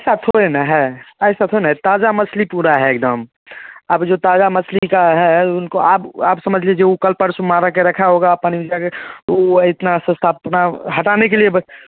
ऐसा थोड़ी ना है ऐसा थोड़ी ना है ताज़ा मछली पूरी है एक दम अब जो ताज़ा मछली का है उनको आप आप समझ लीजिए वो कल परसों मार के रखा है होगा पानी भिजा के वो इतना सस्ता अपन हटाने के लिए बस